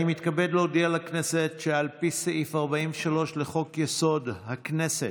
אני מתכבד להודיע לכנסת שעל פי סעיף 43 לחוק-יסוד: הכנסת,